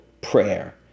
prayer